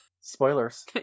Spoilers